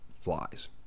flies